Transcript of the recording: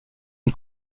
une